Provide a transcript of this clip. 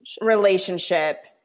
relationship